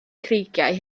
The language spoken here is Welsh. creigiau